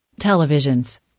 televisions